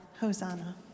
Hosanna